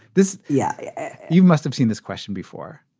this. yeah. you must have seen this question before.